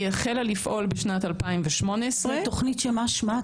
היא החלה לפעול בשנת 2018 --- מה שמה?